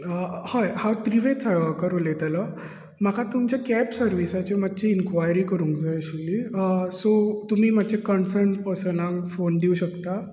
हय हांव त्रिवेद साळगांवकार उलयतालो म्हाका तुमच्या कॅब सर्विसाची मातशी इन्क्वायरी करूंक जाय आशिल्ली सो तुमी मातशे कन्सर्न परसनांक फोन दिवंक शकता